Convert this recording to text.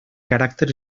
caràcter